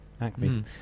Acme